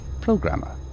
programmer